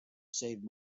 save